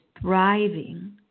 thriving